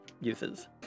uses